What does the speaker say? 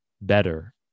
better